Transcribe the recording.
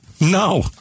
No